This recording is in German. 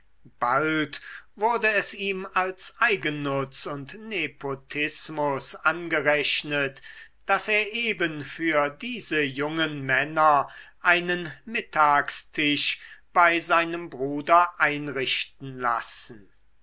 bald wurde es ihm als eigennutz und nepotismus angerechnet daß er eben für diese jungen männer einen mittagstisch bei seinem bruder einrichten lassen